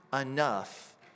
enough